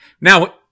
Now